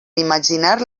imaginar